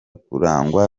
kurangwa